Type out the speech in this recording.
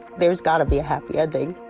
there's got to be a happy ending.